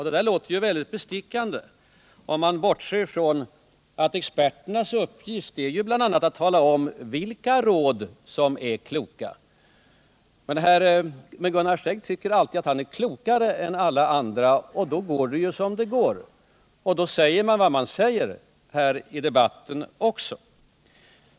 Det där låter väldigt bestickande, om man bortser från att experternas uppgift bl.a. är att tala om vilka råd som är kloka. Men Gunnar Sträng tycker alltid att han är klokare än alla andra, och då går det som det går — då säger man vad man säger i debatten.